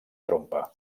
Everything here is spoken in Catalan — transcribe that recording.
trompa